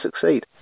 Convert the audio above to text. succeed